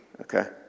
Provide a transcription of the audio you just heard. okay